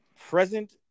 present